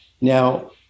Now